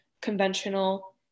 conventional